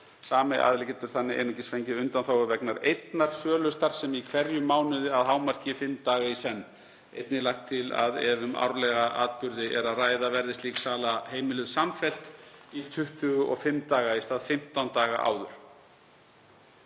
Sami aðili getur þannig einungis fengið undanþágu vegna einnar sölustarfsemi í hverjum mánuði að hámarki fimm daga í senn. Einnig er lagt til að ef um árlega atburði er að ræða verði slík sala heimiluð samfellt í 25 daga í stað 15 daga áður.